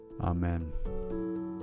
Amen